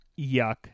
yuck